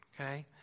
Okay